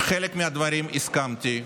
עם חלק מהדברים הסכמתי,